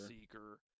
Seeker